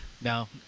No